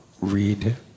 read